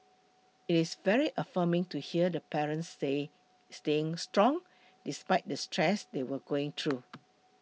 it is very affirming to hear the parents say staying strong despite the stress they were going through